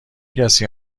کسی